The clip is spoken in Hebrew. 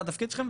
זה התפקיד שלכם,